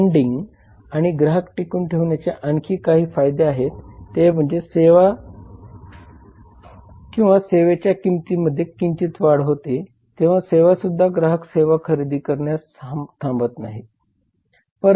branding आणि ग्राहक टिकवून ठेवण्याचे आणखी काही फायदे आहेत ते म्हणजे जेव्हा सेवा किंवा सेवेची किंमतीमध्ये किंचित वाढ होते तेव्हा सुद्धा ग्राहक सेवा खरेदी करण्यास थांबत नाहीत